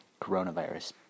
coronavirus